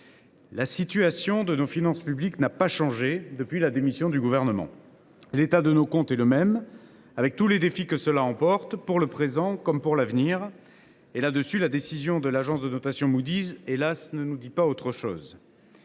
La situation de nos finances publiques n’a pas changé depuis la censure du Gouvernement. L’état de nos comptes est le même, avec tous les défis que cela emporte pour le présent comme pour l’avenir. La décision de l’agence de notation Moody’s, ne nous dit pas, hélas ! autre chose.